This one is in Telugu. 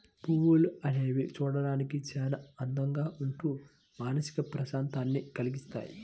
పువ్వులు అనేవి చూడడానికి చాలా అందంగా ఉంటూ మానసిక ప్రశాంతతని కల్గిస్తాయి